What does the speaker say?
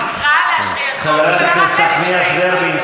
תקרא להשעייתו של הרב לוינשטיין,